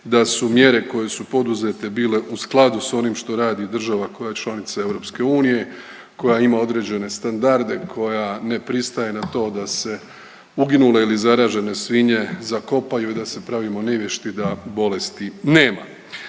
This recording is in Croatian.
da su mjere koje su poduzete bile u skladu s onim što radi država koja je članica EU koja ima određene standarde, koja ne pristaje na to da se uginule ili zaražene svinje zakopaju i da se pravimo nevješti da bolesti nema.